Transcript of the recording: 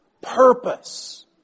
purpose